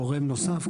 גורם נוסף,